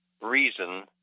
reason